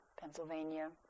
Pennsylvania